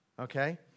okay